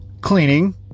cleaning